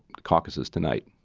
caucuses tonight,